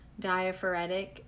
diaphoretic